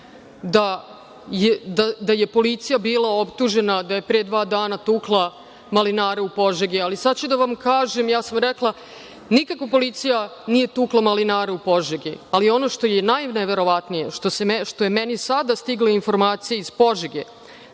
da je policija bila optužena da je pre dva dana tukla malinare u Požegi. Ali, sada ću da vam kažem, ja sam rekla - da nikako policija nije tukla malinare u Požegi, ali ono što je najneverovatnije, što je meni sada stigla informacija iz Požege,